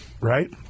Right